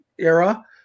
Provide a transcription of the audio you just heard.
era